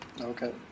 Okay